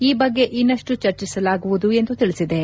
ಈ ಬಗ್ಗೆ ಇನ್ನಷ್ಟು ಚರ್ಚಿಸಲಾಗುವುದು ಎಂದು ತಿಳಿಸಿವೆ